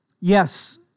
yes